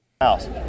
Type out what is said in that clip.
House